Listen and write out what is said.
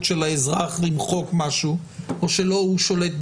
של האזרח למחוק משהו או שלא הוא שולט באזור.